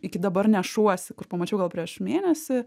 iki dabar nešuosi kur pamačiau gal prieš mėnesį